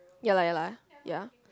ya lah ya lah ya